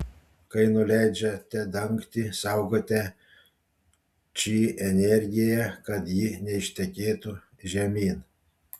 kai nuleidžiate dangtį saugote či energiją kad ji neištekėtų žemyn